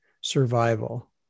survival